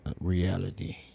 reality